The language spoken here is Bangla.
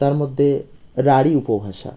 তার মধ্যে রাঢ়ী উপভাষা